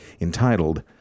entitled